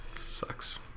Sucks